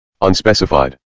unspecified